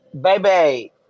Baby